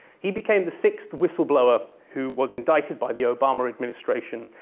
he became the sixth whistleblower who was indicted by the obama administration,